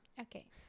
Okay